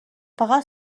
فقط